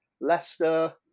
Leicester